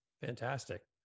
Fantastic